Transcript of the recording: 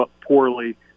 poorly